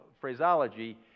phraseology